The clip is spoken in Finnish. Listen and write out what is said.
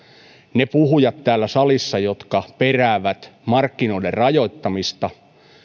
ne puhujat täällä salissa jotka peräävät markkinoiden rajoittamista